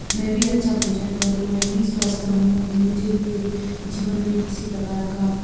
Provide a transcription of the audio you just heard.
मैं भी अच्छा भोजन करूँ मैं भी स्वस्त रहूँ मुझे मुझे भी मेरे जीवन में किसी प्रकार का